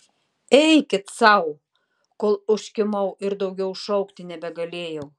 eikit sau kol užkimau ir daugiau šaukti nebegalėjau